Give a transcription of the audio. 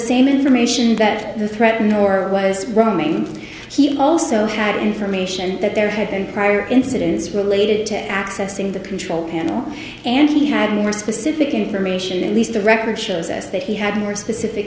same information that the threat nor was roaming he also had information that there had been prior incidents related to accessing the control panel and he had more specific information at least the record shows us that he had more specific